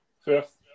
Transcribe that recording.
fifth